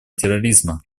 терроризма